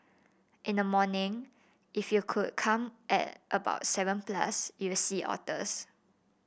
in the morning if you could come at about seven plus you'll see otters